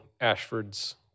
Ashford's